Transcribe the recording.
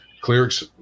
clerics